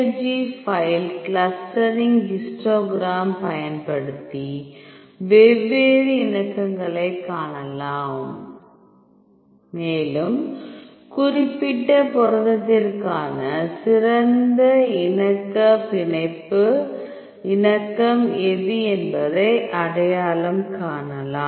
G file clustering histogram பயன்படுத்தி வெவ்வேறு இணக்கங்களை காணலாம் மேலும் குறிப்பிட்ட புரதத்திற்கான சிறந்த இணக்க பிணைப்பு இணக்கம் எது என்பதை அடையாளம் காணலாம்